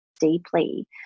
deeply